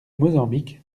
mozambique